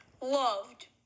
loved